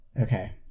Okay